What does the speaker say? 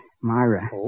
Myra